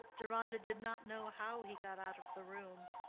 deronda did not know how he got out of the room.